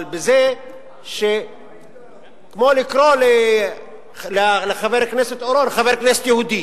אלא שזה כמו לקרוא לחבר הכנסת אורון חבר כנסת יהודי,